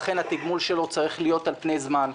לכן התגמול שלו צריך להיות על פני זמן.